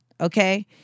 Okay